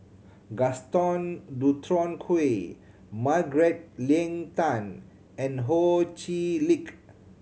Gaston Dutronquoy Margaret Leng Tan and Ho Chee Lick